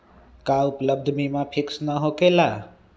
का उपलब्ध बीमा फिक्स न होकेला?